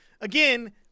again